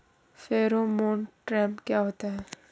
Pheromone trap क्या होता है?